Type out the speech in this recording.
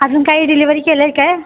अजून काही डिलिवरी केलं आहे काय